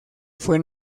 fue